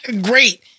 great